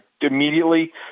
immediately